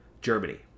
Germany